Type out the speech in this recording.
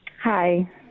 Hi